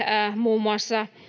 muun muassa